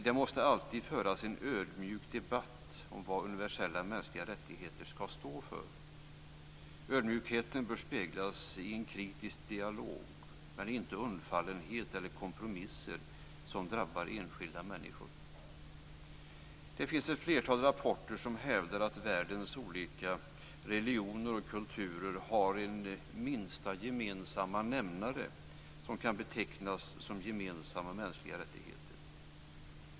Det måste alltid föras en ödmjuk debatt om vad universella mänskliga rättigheter ska stå för. Ödmjukheten bör speglas i en kritisk dialog, men inte i undfallenhet med kompromisser som drabbar enskilda människor. Det finns ett flertal rapporter som hävdar att världens olika religioner och kulturer har en minsta gemensamma nämnare som kan betecknas som gemensamma mänskliga rättigheter.